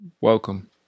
Welcome